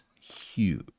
huge